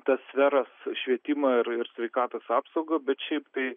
tas sferas švietimą ir ir sveikatos apsaugą bet šiaip tai